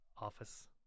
office